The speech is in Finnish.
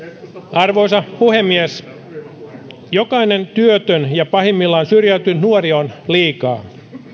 arvoisa puhemies jokainen työtön ja pahimmillaan syrjäytynyt nuori on liikaa